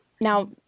Now